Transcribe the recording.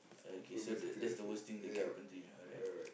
okay so the that's the worst thing that can happen to you right